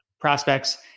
prospects